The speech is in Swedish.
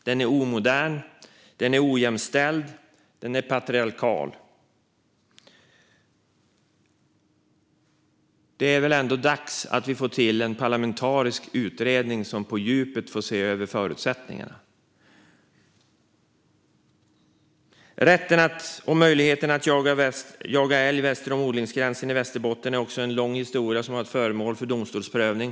Den är omodern, ojämställd och patriarkal. Det är väl ändå dags att vi får till en parlamentarisk utredning som på djupet får se över förutsättningarna. Rätten och möjligheten att jaga älg väster om odlingsgränsen i Västerbotten är också en lång historia som varit föremål för domstolsprövning.